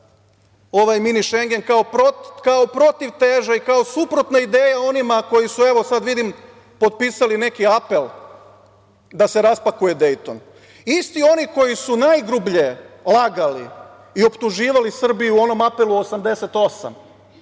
ovaj Mini Šengen, kao protivteža i kao suprotna ideja onima koji su, evo sad vidim, potpisali neki apel da se raspakuje Dejton, isti oni koji su najgrublje lagali i optuživali Srbiju u onom Apelu 88,